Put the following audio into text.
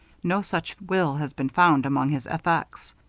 no such will has been found among his effects.